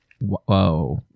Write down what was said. Whoa